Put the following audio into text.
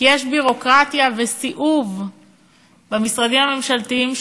כי יש ביורוקרטיה וסיאוב במשרדים הממשלתיים,